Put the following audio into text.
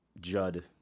Judd